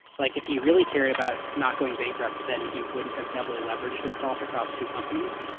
like if he really cared about not going bankrupt, then he wouldn't have doubly leveraged himself across two companies.